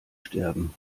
sterben